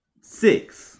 Six